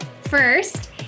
First